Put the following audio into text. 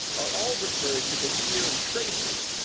are all referred to the sphere of traces,